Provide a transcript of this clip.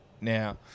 now